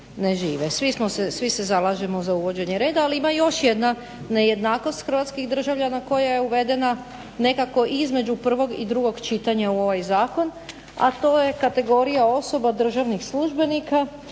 Svi se zalažemo za uvođenje reda, ali ima još jedna nejednakost hrvatskih državljana koja je uvedena nekako između prvog i drugog čitanja u ovaj zakon, a to je kategorija osoba državnih službenika